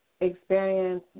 experience